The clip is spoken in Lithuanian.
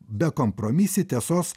bekompromisį tiesos